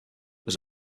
was